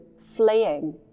fleeing